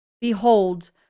Behold